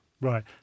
Right